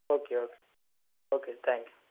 okay okay okay thank you